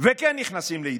וכן נכנסים להידברות?